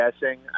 guessing